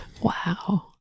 Wow